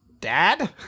Dad